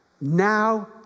Now